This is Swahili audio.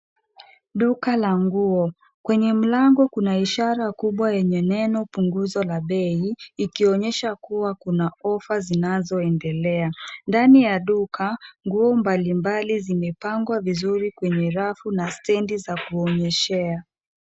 Duka la nguo. Kwenye mlango kuna ishara kubwa yenye neno punguzo la bei ikionyesha kuwa kuna ofa zinazoendelea. Ndani ya duka nguo mbalimbali zimepangwa vizuri kwenye rafu na stedi za kuonyeshea.